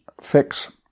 Fix